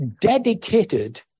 dedicated